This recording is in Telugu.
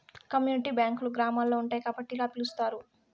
కమ్యూనిటీ బ్యాంకులు గ్రామాల్లో ఉంటాయి కాబట్టి ఇలా పిలుత్తారు